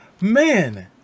Man